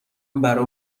برا